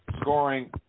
scoring